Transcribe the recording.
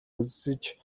үзэж